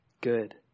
good